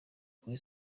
kuri